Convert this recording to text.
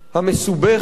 המסובכת,